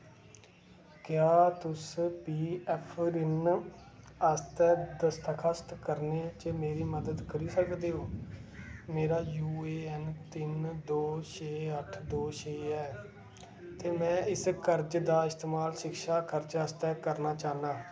क्या तुस P F ऋण आस्तै दरखास्त करने च मेरी मदद करी सकदे ओ मेरा यू ए एन तिन्न दो छे अट्ठ दो छे ऐ ते मैं इस कर्ज दा इस्तेमाल शिक्षा खर्चे आस्तै करना चाह्न्नां